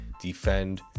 defend